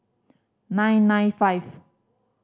nine nine five